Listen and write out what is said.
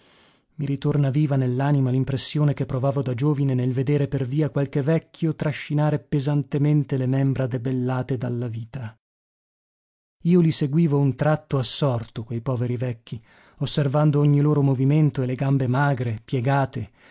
i ritorna viva nell'anima l'impressione che provavo da giovine nel vedere per via qualche vecchio trascinare pesantemente le membra debellate dalla vita io li seguivo un tratto assorto quei poveri vecchi osservando ogni loro movimento e le gambe magre piegate